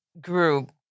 group